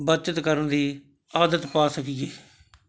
ਬੱਚਤ ਕਰਨ ਦੀ ਆਦਤ ਪਾ ਸਕੀਏ